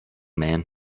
man